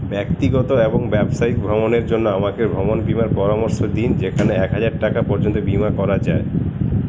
ব্যক্তিগত এবং ব্যবসায়িক ভ্রমণের জন্য আমাকে ভ্রমণ বীমার পরামর্শ দিন যেখানে এক হাজার টাকা পর্যন্ত বিমা করা যায়